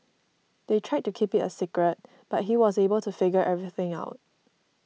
they tried to keep it a secret but he was able to figure everything out